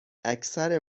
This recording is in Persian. اکثر